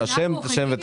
הייתי